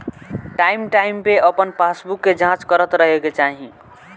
time time पे अपन passbook के जाँच करत रहे के चाही